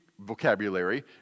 vocabulary